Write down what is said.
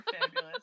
fabulous